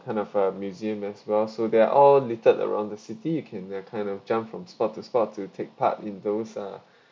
kind of a museum as well so they're all littered around the city you can uh kind of jump from spot to spot to take part in those ah